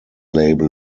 label